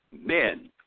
men